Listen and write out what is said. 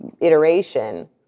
iteration